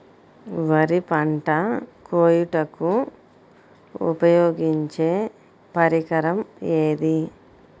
వరి పంట కోయుటకు ఉపయోగించే పరికరం ఏది?